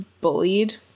bullied